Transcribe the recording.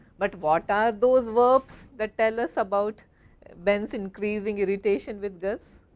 but what are those verbs that tell us about ben increasing irritation with gus?